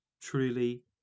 truly